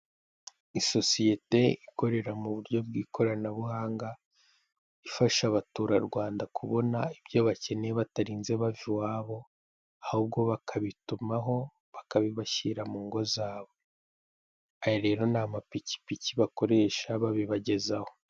Isosiyete ikorera mu buryo bw'ikoranabuhanga, ifasha Abaturarwanda kubona ibyo bakeneye batarinze bava iwabo, ahubwo bakabitumaho bakabibashyira mu ngo zabo, aya rero ni amapikipiki bakoresha babibagezaho.